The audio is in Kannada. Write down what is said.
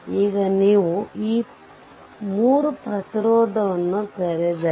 ಈಗ ನೀವು ಈ 3 ಪ್ರತಿರೋಧವನ್ನು ತೆರೆದರೆ